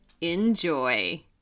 Enjoy